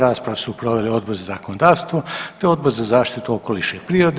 Raspravu su proveli Odbor za zakonodavstvo te Odbor za zaštitu okoliša i prirode.